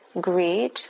greed